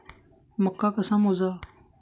मका कसा मोजावा?